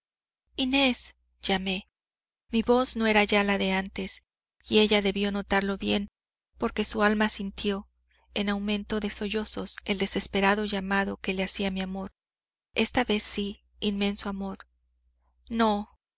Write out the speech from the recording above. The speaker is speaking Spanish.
inés llamé mi voz no era ya la de antes y ella debió notarlo bien porque su alma sintió en aumento de sollozos el desesperado llamado que le hacía mi amor esta vez sí inmenso amor no no